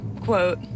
quote